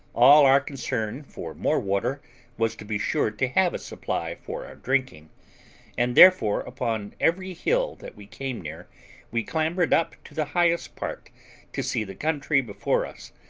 all our concern for more water was to be sure to have a supply for our drinking and therefore upon every hill that we came near we clambered up to the highest part to see the country before us,